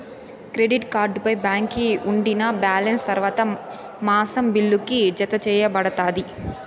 credit కార్డుపై బాకీ ఉండినా బాలెన్స్ తర్వాత మాసం బిల్లుకి, జతచేయబడతాది